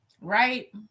right